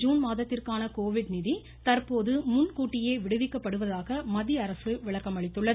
June மாதத்திற்கான covid நிதி தற்போது வரும் விடுவிக்கப்படுவதாக மத்தியஅரசு விளக்கம் அளித்துள்ளது